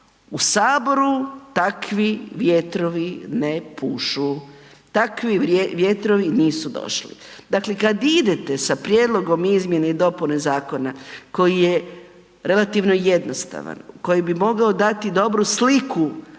U saboru takvi vjetrovi ne pušu, takvi vjetrovi nisu došli. Dakle, kad vi idete sa prijedlogom izmjene i dopune zakona koji je relativno jednostavan, koji bi mogao dati dobru sliku